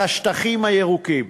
על השטחים הירוקים,